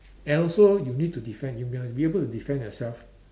and also you need to defend you must be able to defend yourself